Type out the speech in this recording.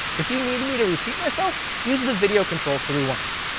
if you need me to repeat myself, use the video controls to rewind me.